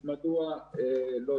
אברהם".